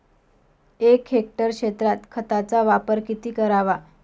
एक हेक्टर क्षेत्रात खताचा वापर किती करावा?